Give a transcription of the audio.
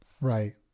Right